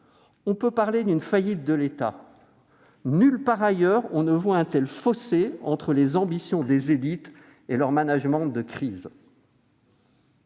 On peut parler d'une faillite de l'État [...] Nulle part ailleurs, on ne voit un tel fossé entre les ambitions des élites et leur management de crise.